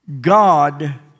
God